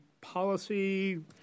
policy